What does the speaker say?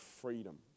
freedom